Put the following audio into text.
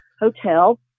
hotel